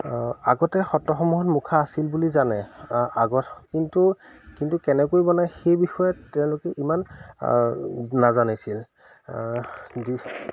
আগতে সত্ৰসমূহত মুখা আছিল বুলি জানে আগত কিন্তু কিন্তু কেনেকৈ বনায় সেই বিষয়ে তেওঁলোকে ইমান নাজানিছিল